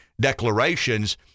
declarations